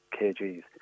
kgs